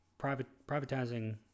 privatizing